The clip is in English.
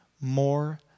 more